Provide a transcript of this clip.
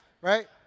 right